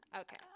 Okay